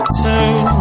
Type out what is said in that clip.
turn